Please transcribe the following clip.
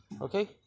Okay